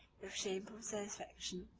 with shameful satisfaction,